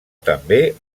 també